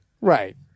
Right